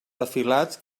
afilats